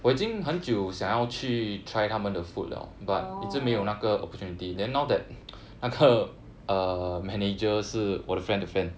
oh